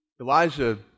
Elijah